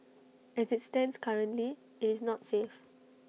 as IT stands currently IT is not safe